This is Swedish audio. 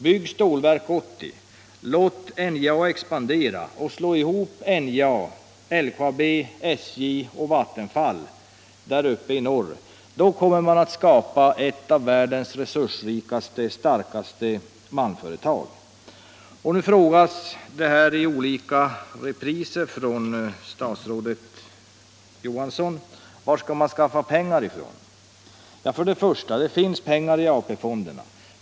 Bygg Stålverk 80, låt NJA expandera och slå ihop NJA, LKAB, SJ och Vattenfall där uppe i norr! Då kommer vi att skapa ett av världens resursrikaste och starkaste malmföretag. Nu frågar statsrådet Johansson i olika repriser: Var skall man skaffa pengar? För det första finns det pengar i AP-fonderna.